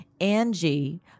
Angie